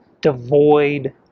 devoid